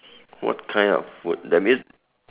what kind of food that means